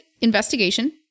investigation